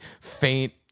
faint